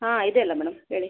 ಹಾಂ ಇದೆ ಅಲ್ಲ ಮೇಡಮ್ ಹೇಳಿ